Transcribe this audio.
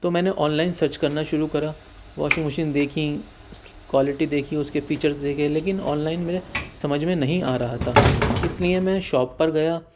تو میں نے آن لائن سرچ کرنا شروع کرا واشنگ مشین دیکھیں اس کی کوالٹی دیکھی اس کے فیچرز دیکھے لیکن آن لائن میرے سمجھ میں نہیں آ رہا تھا اس لئے میں شاپ پر گیا